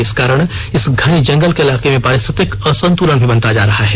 इस कारण इस घने जंगल के इलाके में पारिस्थितिक असंतुलन भी बनता जा रहा है